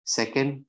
second